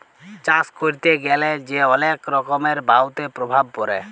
চাষ ক্যরতে গ্যালা যে অলেক রকমের বায়ুতে প্রভাব পরে